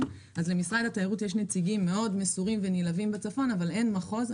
אז למשרד התיירות יש נציגים מאוד מסורים ונלהבים בצפון אבל אין מחוז.